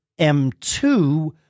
m2